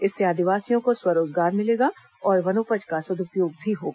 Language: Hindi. इससे आदिवासियों को स्व रोजगार मिलेगा और वनोपज का सदुपयोग भी होगा